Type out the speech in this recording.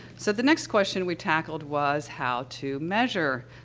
so, the next question we tackled was how to measure,